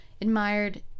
admired